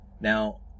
Now